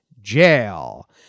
jail